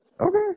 Okay